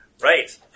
Right